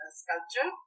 sculpture